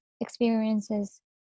experiences